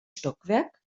stockwerk